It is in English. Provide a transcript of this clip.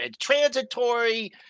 transitory